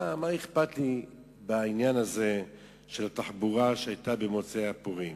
מה אכפת לי מהעניין הזה של התחבורה שהיתה במוצאי פורים?